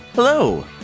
Hello